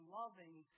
loving